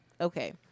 okay